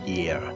Year